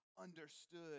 understood